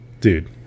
Dude